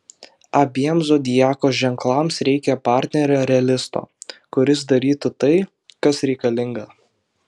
abiem zodiako ženklams reikia partnerio realisto kuris darytų tai kas reikalinga